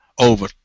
over